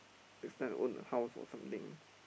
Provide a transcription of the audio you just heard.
next time I own a house or something